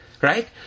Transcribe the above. right